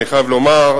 אני חייב לומר,